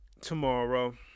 tomorrow